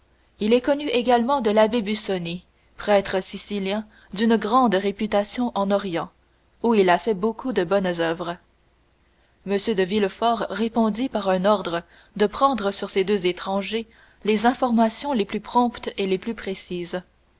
il est connu également de l'abbé busoni prêtre sicilien d'une grande réputation en orient où il a fait beaucoup de bonnes oeuvres m de villefort répondit par un ordre de prendre sur ces deux étrangers les informations les plus promptes et les plus précises